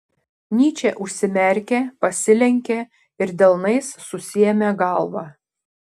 nyčė užsimerkė pasilenkė ir delnais susiėmė galvą